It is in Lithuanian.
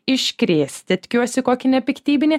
iškrėsite tikiuosi kokį nepiktybinį